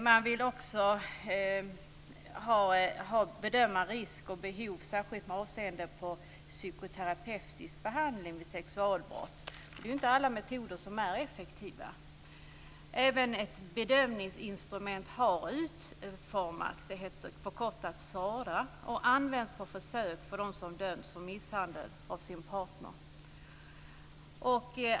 Man vill också att risker och behov bedöms särskilt med avseende på terapeutisk behandling vid sexualbrott. Det är ju inte alla metoder som är effektiva. Även ett bedömningsinstrument har utformats. Det heter förkortat SARA och används på försök för dem som dömts för misshandel mot sin partner.